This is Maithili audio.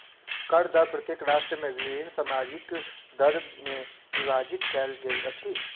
कर दर प्रत्येक राष्ट्र में विभिन्न सामाजिक दर में विभाजित कयल गेल अछि